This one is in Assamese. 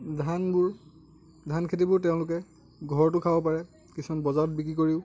ধানবোৰ ধানখেতিবোৰ তেওঁলোকে ঘৰতো খাব পাৰে কিছুমান বজাৰত বিক্ৰী কৰি